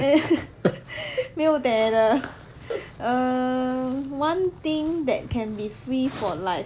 没有 的 err one thing that can be free for life